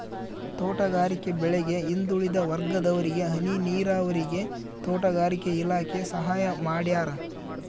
ತೋಟಗಾರಿಕೆ ಬೆಳೆಗೆ ಹಿಂದುಳಿದ ವರ್ಗದವರಿಗೆ ಹನಿ ನೀರಾವರಿಗೆ ತೋಟಗಾರಿಕೆ ಇಲಾಖೆ ಸಹಾಯ ಮಾಡ್ಯಾರ